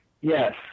Yes